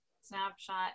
snapshot